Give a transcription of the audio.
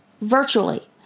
virtually